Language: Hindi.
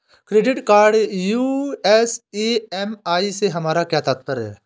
क्रेडिट कार्ड यू.एस ई.एम.आई से हमारा क्या तात्पर्य है?